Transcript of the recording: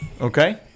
Okay